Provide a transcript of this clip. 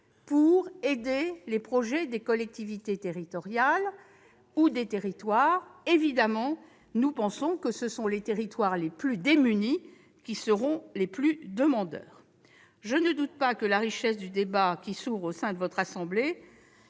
pour aider les projets des collectivités territoriales ou des territoires. Bien évidemment, nous pensons que ce sont les territoires les plus démunis qui seront les plus demandeurs. Je ne doute pas que la richesse du débat qui s'ouvre au sein de votre assemblée